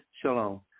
shalom